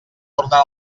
tornen